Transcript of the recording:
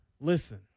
Listen